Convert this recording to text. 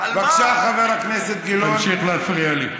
אתה האחרון שיטיף לי מוסר,